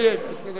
בסדר גמור.